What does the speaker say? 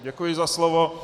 Děkuji za slovo.